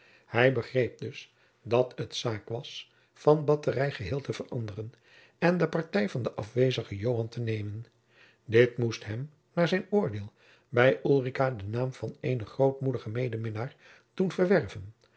hij begreep dus dat het zaak was van batterij geheel te veranderen en de partij van den afwezigen joan te nemen dit moest hem naar zijn oordeel jacob van lennep de pleegzoon bij ulrica den naam van eenen grootmoedigen medeminnaar doen verwerven